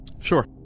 Sure